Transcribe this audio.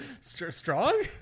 strong